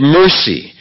mercy